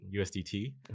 usdt